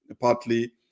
partly